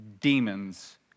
demons